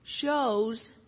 shows